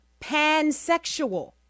pansexual